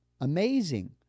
Amazing